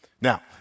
Now